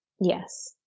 Yes